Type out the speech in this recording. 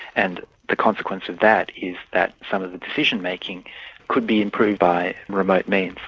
and the consequence of that is that some of the decision-making could be improved by remote means.